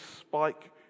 spike